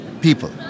people